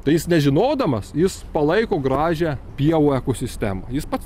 tai jis nežinodamas jis palaiko gražią pievų ekosistemą jis pats